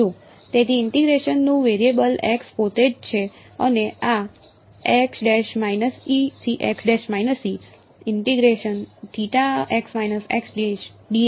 તેથી ઇન્ટીગ્રેશન નું variable x પોતે જ છે અને આ નું અભિન્ન અંગ બનશે